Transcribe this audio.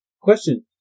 question